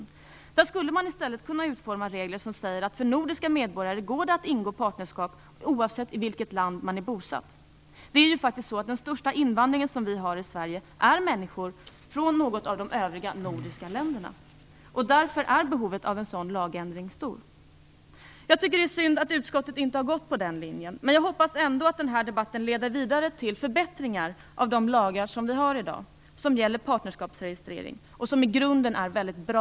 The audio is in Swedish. I den skulle man kunna utforma regler om att det för nordiska medborgare går att ingå partnerskap oavsett vilket land man är bosatt i. Den största invandring vi har till Sverige är den av människor från något av de övriga nordiska länderna. Därför är behovet av en lagändring stort. Jag tycker att det är synd att utskottet inte har gått på den linjen, men jag hoppas ändå att debatten leder till förbättringar av de lagar vi har gällande partnerskapsregistrering. De är i grunden mycket bra.